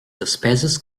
despeses